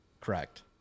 Correct